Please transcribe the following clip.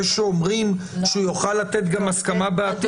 אני אקריא לאדוני שוב את מה שאומר סעיף קטן (ב):